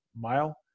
mile